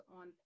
on